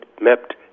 mapped